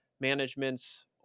management's